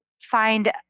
find